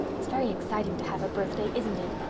it's very exciting to have a birthday, isn't it?